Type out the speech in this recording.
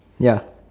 ya